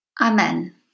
Amen